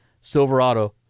Silverado